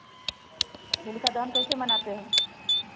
होलिका दहन कैसे मनाते हैं